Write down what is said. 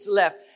left